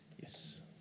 Yes